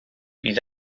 bydd